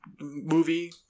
movie